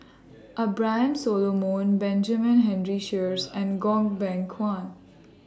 Abraham Solomon Benjamin Henry Sheares and Goh Beng Kwan